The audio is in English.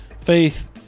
Faith